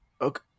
okay